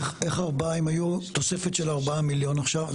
איך 4 אם היו תופסת של 4 מיליון עכשיו?